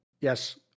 Yes